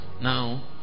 Now